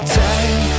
time